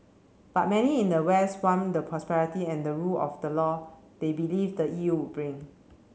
but many in the west want the prosperity and the rule of the law they believe the E U would bring